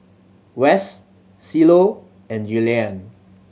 Wes Cielo and Julianne